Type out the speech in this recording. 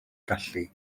gallu